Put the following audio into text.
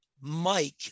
Mike